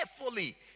carefully